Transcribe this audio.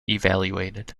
evaluated